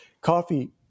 coffee